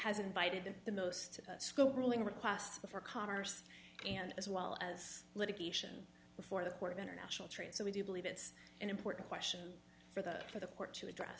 has invited the most school ruling requests for commerce and as well as litigation before the court of international trade so we do believe it's an important question for that for the court to address